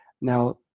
Now